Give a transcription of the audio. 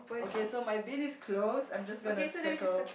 okay so my bin is closed I'm just gonna circle